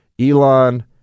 Elon